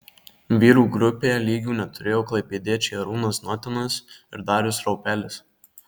vyrų grupėje lygių neturėjo klaipėdiečiai arūnas znotinas ir darius raupelis